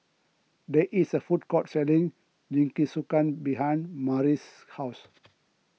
there is a food court selling Jingisukan behind Murry's house